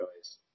choice